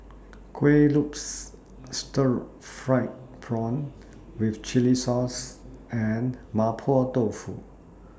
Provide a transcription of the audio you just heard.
Kueh Lopes Stir Fried Prawn with Chili Sauce and Mapo Tofu